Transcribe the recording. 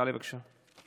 תעלה, בבקשה,